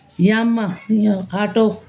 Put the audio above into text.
Yamaha auto